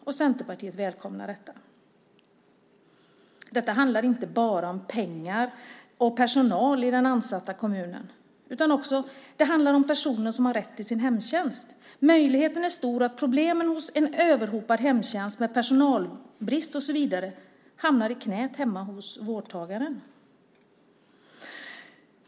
Centerpartiet välkomnar detta. Det handlar inte bara om pengar och personal i den ansatta kommunen. Det handlar också om personen som har rätt till sin hemtjänst. Möjligheten är stor att problemen hos en överhopad hemtjänst med personalbrist och så vidare hamnar i knät hemma hos vårdtagaren.